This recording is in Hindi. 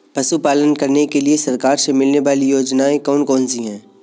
पशु पालन करने के लिए सरकार से मिलने वाली योजनाएँ कौन कौन सी हैं?